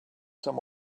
some